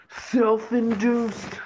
Self-induced